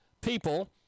people